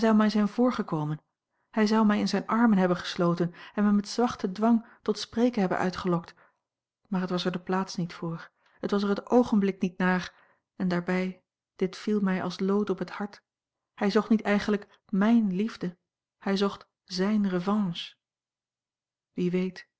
mij zijn voorgekomen hij zou mij in zijne armen hebben gesloten en mij met zachten dwang tot spreken hebben uitgelokt maar het was er de plaats niet voor het was er het oogenblik niet naar en daarbij dit viel mij als lood op het hart hij zocht niet eigenlijk mijne liefde hij zocht zijne revanche wie weet